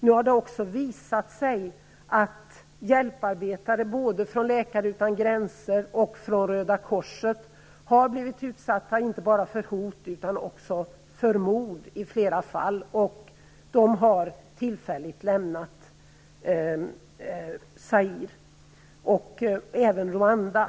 Nu har det också visat sig att hjälparbetare både från Läkare utan gränser och från Röda korset har blivit utsatta för hot, och i flera fall också för mord. De har nu tillfälligt lämnat Zaire och Rwanda.